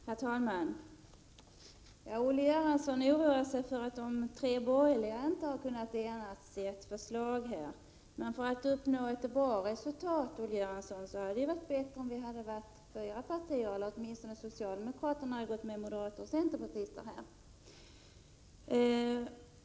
Herr talman! Olle Göransson oroar sig för att de tre borgerliga partierna inte har kunnat enas om ett förslag. Men för att uppnå ett bra resultat, Olle Göransson, hade det varit bättre om vi hade varit fyra partier, eller att åtminstone socialdemokraterna hade gått med moderater och centerpartister här.